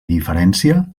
diferència